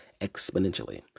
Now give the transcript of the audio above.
exponentially